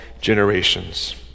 generations